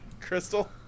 Crystal